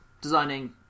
designing